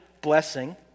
blessing